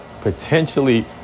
potentially